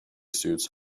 suits